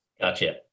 Gotcha